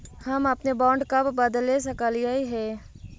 हम अपने बॉन्ड कब बदले सकलियई हे